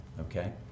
okay